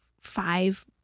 five